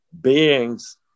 beings